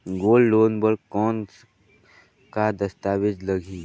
Gold loan बर कौन का दस्तावेज लगही?